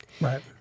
Right